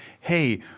hey